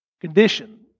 Condition